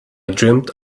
dreamt